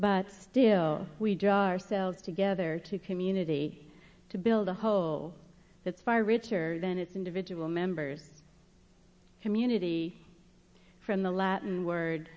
but still we draw ourselves together to community to build a whole that's far richer than its individual members community from the latin word